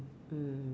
mm